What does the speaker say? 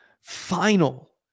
final